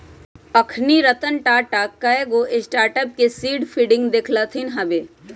अखनी रतन टाटा कयगो स्टार्टअप के सीड फंडिंग देलखिन्ह हबे